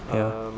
ya